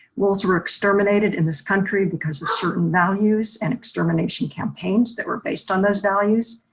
wolves were exterminated in this country because of certain values and extermination campaigns that were based on those values.